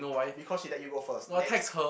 because he let you go first next